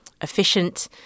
efficient